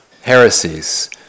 heresies